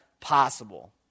possible